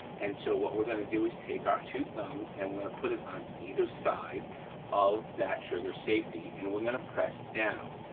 and so what we're gonna do is take our two thumbs and we're gonna put em on either side of that trigger safety and and we're gonna press down,